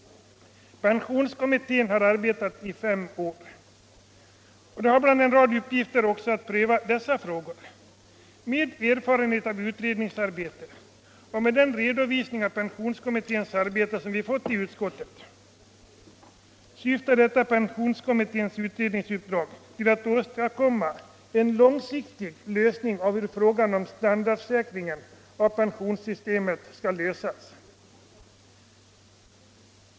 Pensionskommittén har arbetat i fem år. Den har bland en rad uppgifter också att pröva dessa frågor. Enligt min erfarenhet av utredningsarbete och enligt den redovisning av pensionskommitténs arbete som vi fått i utskottet syftar detta pensionskommitténs utredningsuppdrag till att åstadkomma en långsiktig lösning av hur frågan om standardsäkringen av pensionssystemet skall lösas.